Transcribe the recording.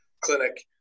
clinic